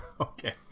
Okay